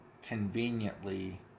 conveniently